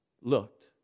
looked